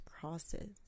crosses